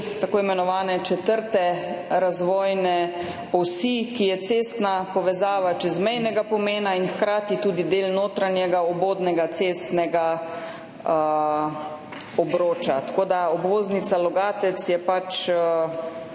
imenovane četrte razvojne osi, ki je cestna povezava čezmejnega pomena in hkrati tudi del notranjega obodnega cestnega obroča. Tako da je lahko obvoznica Logatec zelo